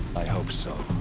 i hope so.